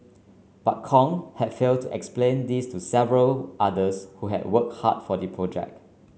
but Kong had failed to explain this to several others who had worked hard for the project